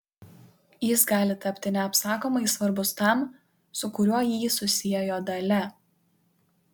jis gali tapti neapsakomai svarbus tam su kuriuo jį susiejo dalia